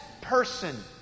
person